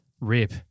Rip